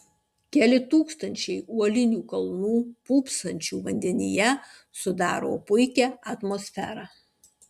keli tūkstančiai uolinių kalnų pūpsančių vandenyje sudaro puikią atmosferą